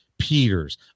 Peters